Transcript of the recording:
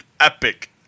epic